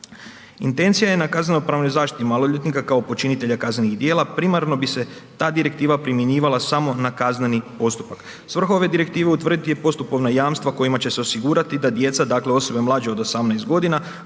Intencija je na kazneno-pravnoj zaštiti maloljetnika kao počinitelja kaznenih djela, primarno bi se ta direktiva primjenjivala samo na kazneni postupak. Svrha ove direktive utvrditi je postupovna jamstva kojima će se osigurati da djeca dakle osobe mlađe o 18 g.